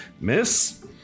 miss